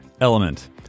Element